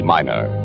Minor